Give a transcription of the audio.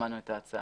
שמענו את ההצעה.